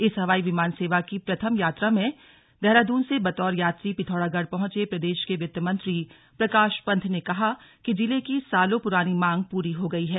इस हवाई विमान सेवा के प्रथम यात्रा में देहरादून से बतौर यात्री पिथौरागढ़ पहंचे प्रदेश के वित्त मंत्री प्रकाश पंत ने कहा कि जिले की सालों पुरानी मांग पूरी हो गई है